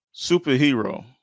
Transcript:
Superhero